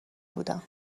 بودم